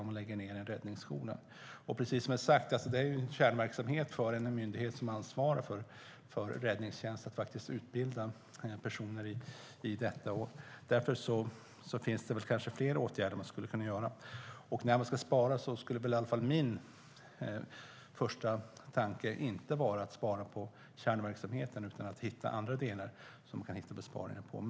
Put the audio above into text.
Att utbilda personer för räddningstjänst ingår i kärnverksamheten hos den myndighet som ansvarar för räddningstjänsten. Därför finns det kanske fler åtgärder man skulle kunna vidta. När man ska spara är min första tanke inte att man ska spara på kärnverksamheten, utan man måste hitta andra delar att göra besparingar på.